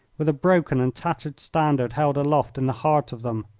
with a broken and tattered standard held aloft in the heart of them!